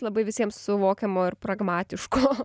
labai visiems suvokiamo ir pragmatiško